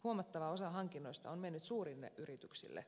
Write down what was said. huomattava osa hankinnoista on mennyt suurille yrityksille